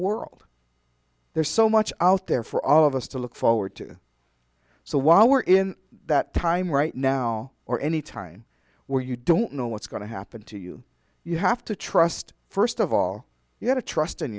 world there's so much out there for all of us to look forward to so while we're in that time right now or any time where you don't know what's going to happen to you you have to trust first of all you have to trust